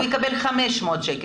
הוא יקבל 500 שקלים.